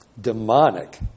demonic